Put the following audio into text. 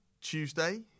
Tuesday